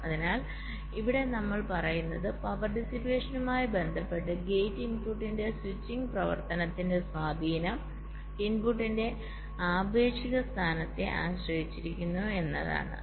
അതിനാൽ ഇവിടെ നമ്മൾ പറയുന്നത് പവർ ഡിസ്പേഷനുമായി ബന്ധപ്പെട്ട് ഗേറ്റ് ഇൻപുട്ടിന്റെ സ്വിച്ചിംഗ് പ്രവർത്തനത്തിന്റെ സ്വാധീനം ഇൻപുട്ടിന്റെ ആപേക്ഷിക സ്ഥാനത്തെ ആശ്രയിച്ചിരിക്കുന്നു എന്നതാണ്